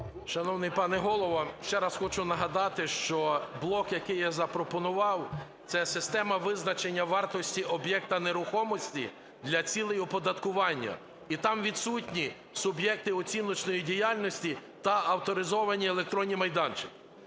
Шановний пане Голово, ще раз хочу нагадати, що блок, який я запропонував, – це система визначення вартості об'єкта нерухомості для цілей оподаткування. І там відсутні суб'єкти оціночної діяльності та авторизовані електронні майданчики.